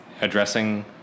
addressing